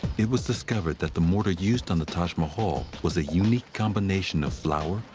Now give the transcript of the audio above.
it was discovered that the mortar used on the taj mahal was a unique combination of flour,